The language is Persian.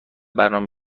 برنامه